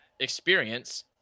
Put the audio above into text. experience